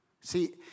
see